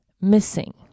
missing